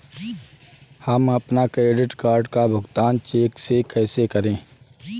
हम अपने credit card का भुगतान चेक से कैसे करें?